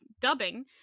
dubbing